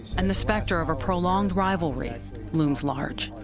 and the specter of a prolonged rivalry looms large.